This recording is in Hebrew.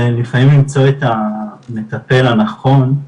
ולפעמים למצוא את המטפל הנכון,